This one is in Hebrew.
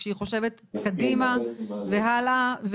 כשהיא חושבת קדימה והלאה.